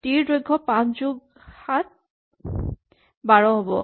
T ৰ দৈৰ্ঘ হ'ব ৫ যোগ ৭ ১২